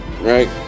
right